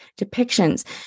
depictions